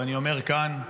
ואני אומר כאן,